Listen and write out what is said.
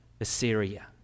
Assyria